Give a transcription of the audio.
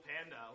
Panda